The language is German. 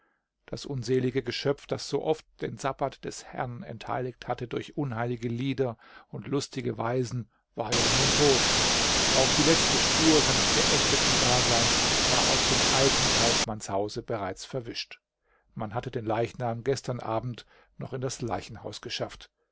das unselige geschöpf das so oft den sabbat des herrn entheiligt hatte durch unheilige lieder und lustige weisen war ja nun tot auch die letzte spur seines geächteten daseins war aus dem alten kaufmannshause bereits verwischt man hatte den leichnam gestern abend noch in das leichenhaus geschafft